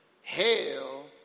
Hail